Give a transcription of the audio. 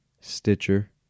Stitcher